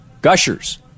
gushers